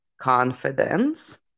confidence